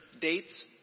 dates